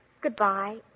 Goodbye